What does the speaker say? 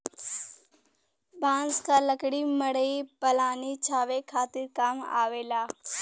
बांस क लकड़ी मड़ई पलानी छावे खातिर काम आवेला